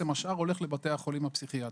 והשאר הולך לבתי החולים הפסיכיאטריים.